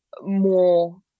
more